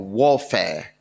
warfare